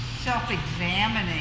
self-examining